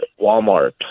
Walmart